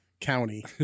county